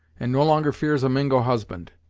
and no longer fears a mingo husband.